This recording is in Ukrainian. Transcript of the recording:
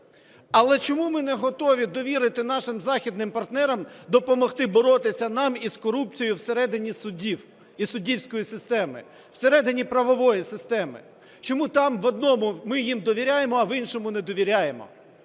Але чому ми не готові довірити нашим західним партнерам допомогти боротися нам із корупцією всередині судів і суддівської системи, всередині правової системи? Чому там в одному ми їм довіряємо, а в іншому не довіряємо?